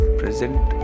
present